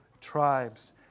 tribes